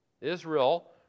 Israel